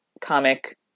comic